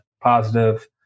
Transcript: positive